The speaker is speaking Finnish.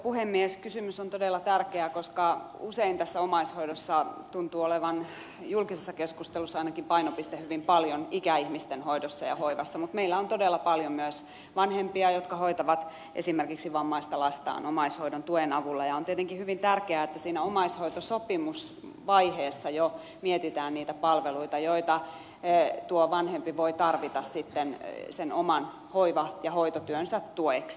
kysymys on todella tärkeä koska usein tässä omaishoidossa tuntuu olevan julkisessa keskustelussa ainakin painopiste hyvin paljon ikäihmisten hoidossa ja hoivassa mutta meillä on todella paljon myös vanhempia jotka hoitavat esimerkiksi vammaista lastaan omaishoidon tuen avulla ja on tietenkin hyvin tärkeää että siinä omaishoitosopimusvaiheessa jo mietitään niitä palveluita joita tuo vanhempi voi tarvita sitten sen oman hoiva ja hoitotyönsä tueksi